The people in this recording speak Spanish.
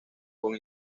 con